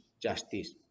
justice